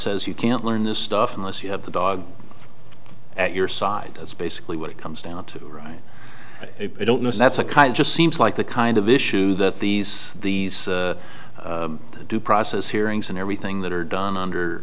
says you can't learn this stuff unless you have the dog at your side as basically what it comes down to write it don't know that's a kind just seems like the kind of issue that these these due process hearings and everything that are done under